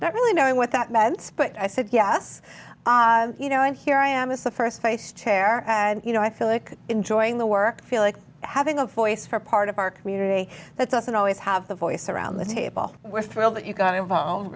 not really knowing what that meant but i said yes you know and here i am is the st faced chair and you know i feel like enjoying the work feel like having a voice for part of our community that doesn't always have the voice around the table we're thrilled that you got involved